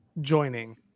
joining